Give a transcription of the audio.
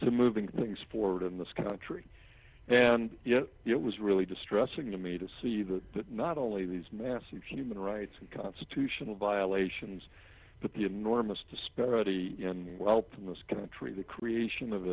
to moving things forward in this country and yet it was really distressing to me to see that not only these massive human rights and constitutional violations but the enormous disparity in wealth in this country the creation of